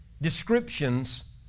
descriptions